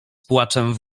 płaczem